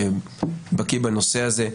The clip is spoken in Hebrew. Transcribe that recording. שבקיא בנושא הזה,